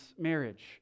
marriage